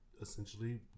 essentially